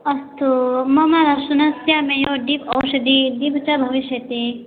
अस्तु मम शुनकस्य मेयोडिप् औषधिः जीवित भविष्यति